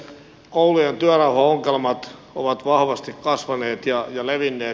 koulujen työrauhaongelmat ovat vahvasti kasvaneet ja levinneet